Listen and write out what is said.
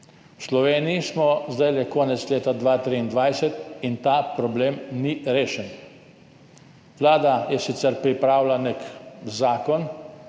V Sloveniji smo zdaj na koncu leta 2023 in ta problem ni rešen. Vlada je sicer pripravila nek zakon,